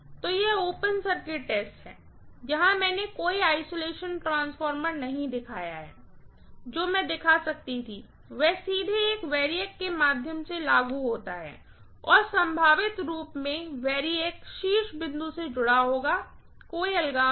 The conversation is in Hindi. तो यह ओपन सर्किट टेस्ट है जहां मैंने कोई आइसोलेशन ट्रांसफॉर्मर नहीं दिखाया है जो मैं दिखा सकती थी वह सीधे एक वैरिअक के माध्यम से लागू होता है और संभावित रूप में वैरिएक शीर्ष बिंदु से जुड़ा होगा कोई अलगाव नहीं